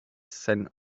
scent